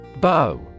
Bow